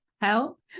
help